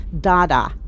Dada